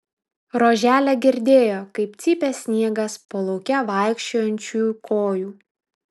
roželė girdėjo kaip cypė sniegas po lauke vaikščiojančiųjų kojų